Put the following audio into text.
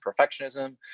perfectionism